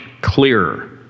clearer